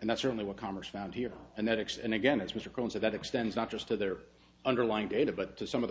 and that's certainly what congress found here and the text and again as mr quinn said that extends not just to their underlying data but to some of the